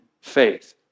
faith